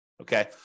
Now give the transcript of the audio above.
Okay